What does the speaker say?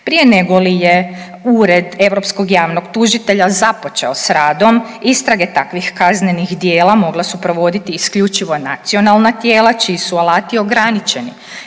Prije nego li je Ured europskog javnog tužitelja započeo s radom, istrage takvih kaznenih djela mogla su provoditi isključivo nacionalna tijela, čiji su alati ograničeni